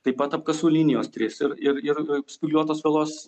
taip pat apkasų linijos trys ir ir ir ir spygliuotos vielos